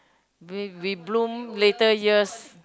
we we bloom later years